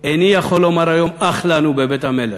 איני יכול לומר היום: אח לנו בבית המלך,